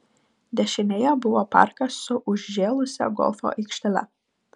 dešinėje buvo parkas su užžėlusia golfo aikštele